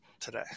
today